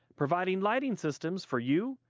providing lighting systems for you,